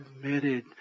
committed